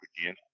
again